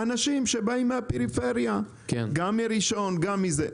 האנשים שבאים מהפריפריה, גם מראשון וגם מזה.